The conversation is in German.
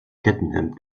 kettenhemd